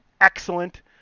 excellent